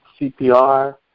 CPR